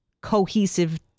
cohesive